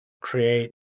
create